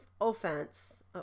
offense